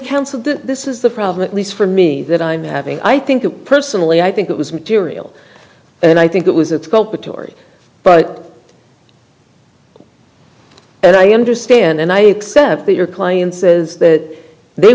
council that this is the problem at least for me that i'm having i think personally i think it was material and i think it was a cult but tori but as i understand and i accept that your client says that they